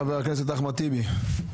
חבר הכנסת אחמד טיבי.